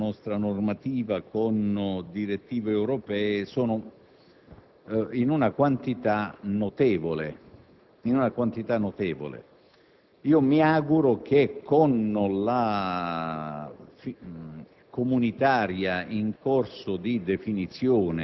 o pronunciamenti di incompatibilità della nostra normativa con direttive europee sono in una quantità notevole. Mi auguro che con la